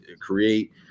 create